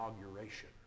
inauguration